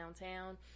downtown